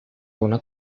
una